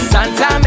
Santa